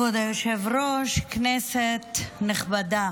כבוד היושב ראש, כנסת נכבדה,